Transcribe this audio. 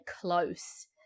close